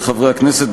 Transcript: חברות וחברי הכנסת,